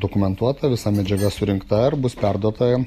dokumentuota visa medžiaga surinkta ir bus perduota